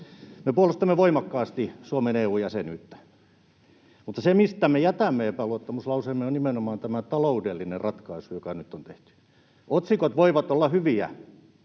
Me puolustamme voimakkaasti Suomen EU-jäsenyyttä. Mutta se, mistä me jätämme epäluottamuslauseemme, on nimenomaan tämä taloudellinen ratkaisu, joka nyt on tehty. Otsikot voivat olla hyviä,